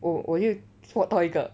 我我就做多一个